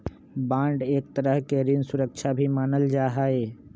bond के एक तरह के ऋण सुरक्षा भी मानल जा हई